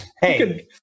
Hey